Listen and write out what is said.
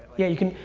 yeah you can,